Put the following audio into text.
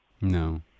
No